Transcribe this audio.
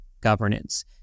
governance